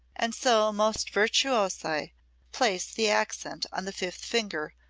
and so most virtuosi place the accent on the fifth finger,